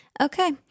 Okay